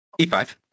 E5